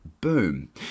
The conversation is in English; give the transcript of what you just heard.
boom